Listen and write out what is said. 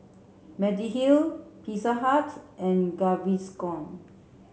Mediheal Pizza Hut and Gaviscon